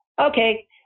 Okay